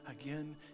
again